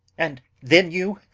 and then you.